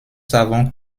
savons